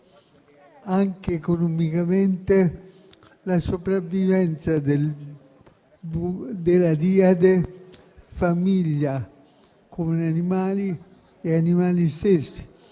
anche economicamente, la sopravvivenza della famiglia con animali e gli animali stessi,